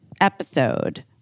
episode